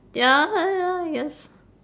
ya ya I guess